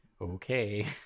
Okay